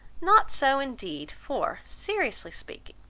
not so, indeed for, seriously speaking,